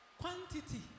quantity